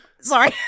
sorry